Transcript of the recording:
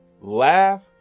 laugh